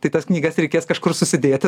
tai tas knygas reikės kažkur susidėti